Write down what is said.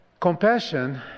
Compassion